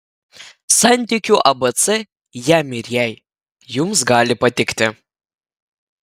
santykių abc jam ir jai jums gali patikti